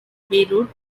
beirut